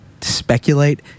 speculate